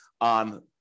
on